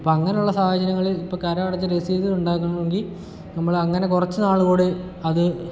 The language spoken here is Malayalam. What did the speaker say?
അപ്പങ്ങനുള്ള സാഹചര്യങ്ങളിൽ ഇപ്പം കരമടച്ച രസീത് ഉണ്ടാക്കാണോങ്കിൽ നമ്മളങ്ങനെ കുറച്ച് നാളു കൂടെ അത്